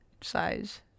size